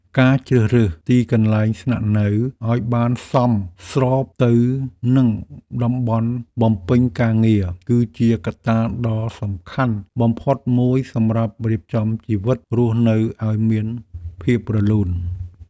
ការជ្រើសរើសទីកន្លែងស្នាក់នៅឱ្យបានសមស្របទៅនឹងតំបន់បំពេញការងារ គឺជាកត្តាដ៏សំខាន់បំផុតមួយសម្រាប់រៀបចំជីវិតរស់នៅឱ្យមានភាពរលូន។